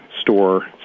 store